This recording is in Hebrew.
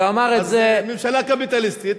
אז ממשלה קפיטליסטית.